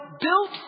built